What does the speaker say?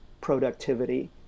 productivity